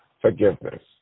forgiveness